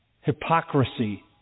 hypocrisy